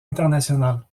international